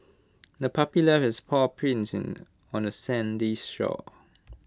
the puppy left its paw prints on the sandy shore